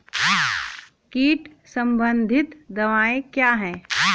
कीट संबंधित दवाएँ क्या हैं?